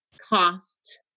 cost